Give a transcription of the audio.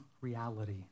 reality